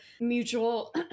mutual